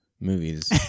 movies